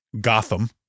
gotham